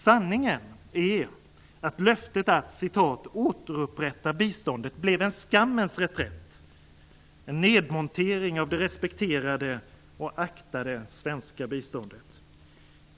Sanningen är att av löftet att "återupprätta biståndet" blev en skammens reträtt, en nedmontering av det respekterade och aktade svenska biståndet.